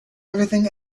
everything